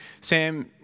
Sam